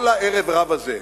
כל הערב-רב הזה,